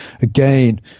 again